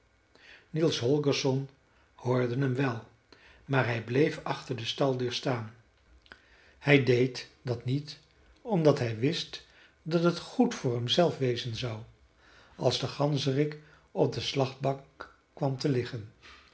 niels holgersson hoorde hem wel maar hij bleef achter de staldeur staan hij deed dat niet omdat hij wist dat het goed voor hem zelf wezen zou als de ganzerik op de slachtbank kwam te liggen